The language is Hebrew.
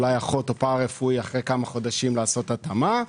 אולי אחות או פארא רפואי אחרי כמה חודשים לעשות התאמה,